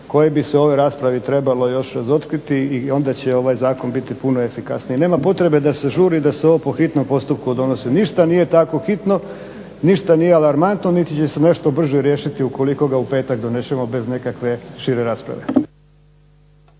koje bi se u ovoj raspravi trebalo još razotkriti i onda će ovaj zakon biti puno efikasniji. Nema potrebe da se žuri i da se ovo po hitnom postupku donosi. Ništa nije tako hitno, ništa nije alarmantno niti će se nešto brže riješiti ukoliko ga u petak donesemo bez nekakve šire rasprave.